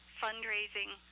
fundraising